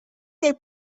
they